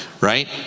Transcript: right